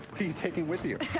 what are you taking with you?